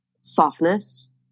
Softness